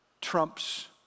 trumps